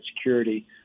Security